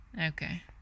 okay